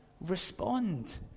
respond